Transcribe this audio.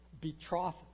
betrothed